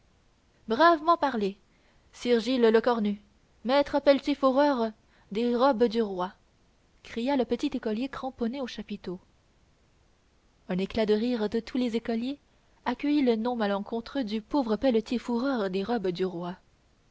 bravement parlé sire gilles lecornu maître pelletier fourreur des robes du roi cria le petit écolier cramponné au chapiteau un éclat de rire de tous les écoliers accueillit le nom malencontreux du pauvre pelletier fourreur des robes du roi